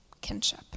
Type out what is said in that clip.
kinship